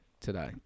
today